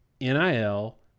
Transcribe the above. NIL